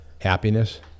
happiness